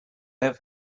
have